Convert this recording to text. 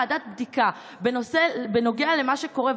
ועדת בדיקה בנוגע למה שקורה,